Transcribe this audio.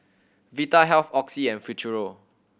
Vitahealth Oxy and Futuro